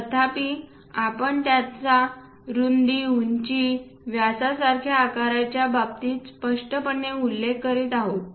तथापि आपण त्यांचा रुंदी उंची व्यासासारख्या आकाराच्या बाबतीत स्पष्टपणे उल्लेख करीत आहोत